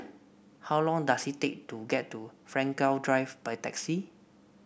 how long does it take to get to Frankel Drive by taxi